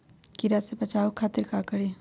कीरा से बचाओ खातिर का करी?